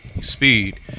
Speed